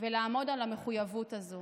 ולעמוד על המחויבות הזו.